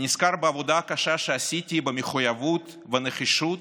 אני נזכר בעבודה הקשה שעשיתי במחויבות ובנחישות,